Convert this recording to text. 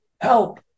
help